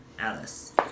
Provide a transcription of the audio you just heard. Alice